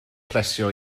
plesio